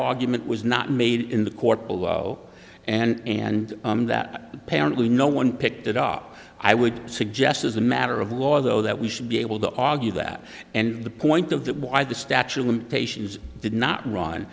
argument was not made in the court below and and that apparently no one picked it up i would suggest as a matter of law though that we should be able to argue that and the point of that why the statue of limitations did not run